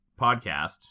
podcast